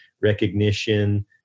recognition